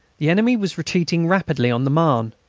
the enemy was retreating rapidly on the marne.